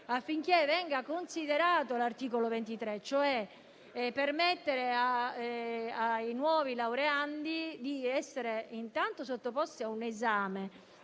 affinché venga considerato l'articolo 23, permettendo ai nuovi laureandi di essere sottoposti a un esame,